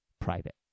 private